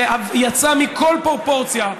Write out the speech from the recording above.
שיצאה מכל פרופורציה,